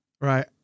right